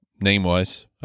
name-wise